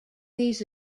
these